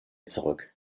zurück